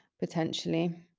potentially